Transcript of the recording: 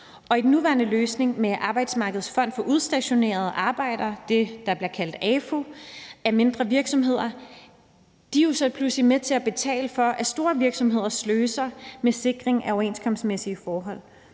I den nuværende løsning med Arbejdsmarkedets Fond for Udstationerede, det, der bliver kaldt AFU, er mindre virksomheder jo pludselig med til at betale for, at store virksomheder sløser med sikring af overenskomstmæssige forhold.